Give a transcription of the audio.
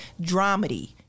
dramedy